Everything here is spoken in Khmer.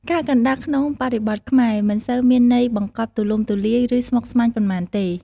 ការកណ្ដាស់ក្នុងបរិបទខ្មែរ មិនសូវមានន័យបង្កប់ទូលំទូលាយ ឬស្មុគស្មាញប៉ុន្មានទេ។